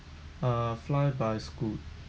uh fly by Scoot